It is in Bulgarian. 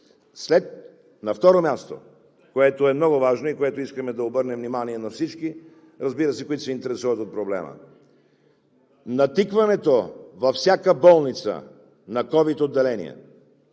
На второ място, което е много важно, и на което искаме да обърнем внимание на всички, разбира се, които се интересуват от проблема. Натикването във всяка болница на ковид отделения